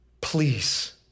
Please